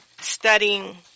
studying